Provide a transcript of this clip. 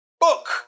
book